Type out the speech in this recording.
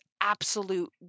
absolute